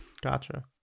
Gotcha